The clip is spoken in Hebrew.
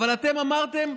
אבל אתם אמרתם: